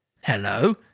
Hello